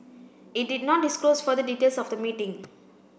it did not disclose further details of the meeting